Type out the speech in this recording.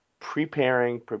preparing